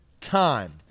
time